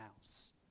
house